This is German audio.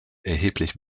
erheblich